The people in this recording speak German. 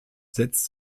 setzt